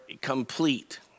complete